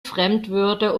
fremdwörter